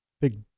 Big